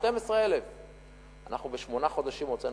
12,000. אנחנו בשמונה חודשים הוצאנו